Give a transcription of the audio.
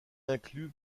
inclut